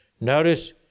Notice